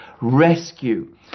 rescue